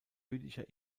jüdischer